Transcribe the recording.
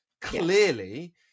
clearly